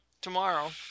tomorrow